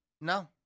No